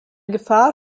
gefahr